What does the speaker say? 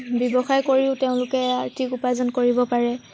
ব্যৱসায় কৰিও তেওঁলোকে আৰ্থিক উপাৰ্জন কৰিব পাৰে